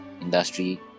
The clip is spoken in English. industry